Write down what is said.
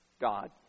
God